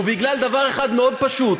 אלא בגלל דבר אחד מאוד פשוט,